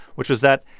which was that,